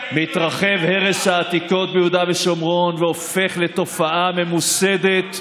מתרחב הרס העתיקות ביהודה ושומרון והופך לתופעה ממוסדת,